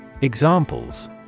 Examples